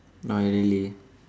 not really